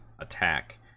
attack